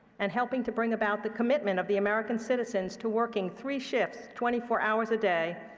and helping to bring about the commitment of the american citizens to working three shifts, twenty four hours a day,